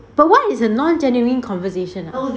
but what is a non genuine conversation ah